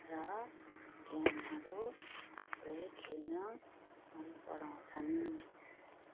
र गेमहरू पुरै खेल्न मनपराउँछन्